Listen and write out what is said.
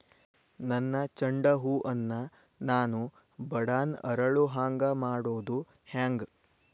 ನನ್ನ ಚಂಡ ಹೂ ಅನ್ನ ನಾನು ಬಡಾನ್ ಅರಳು ಹಾಂಗ ಮಾಡೋದು ಹ್ಯಾಂಗ್?